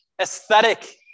aesthetic